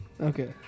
Okay